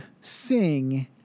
sing